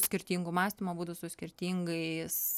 skirtingų mąstymo būdų su skirtingais